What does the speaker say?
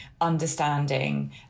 understanding